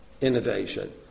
innovation